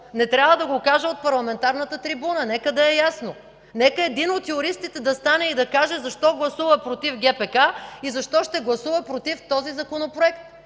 не трябва да го кажа от парламентарната трибуна? Нека да е ясно! Нека един от юристите да стане и да каже защо гласува „против” ГПК и защо ще гласува „против” този Законопроект!